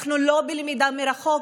אנחנו לא בלמידה מרחוק,